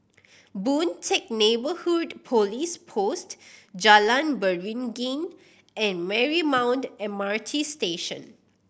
Boon Teck Neighbourhood Police Post Jalan Beringin and Marymount M R T Station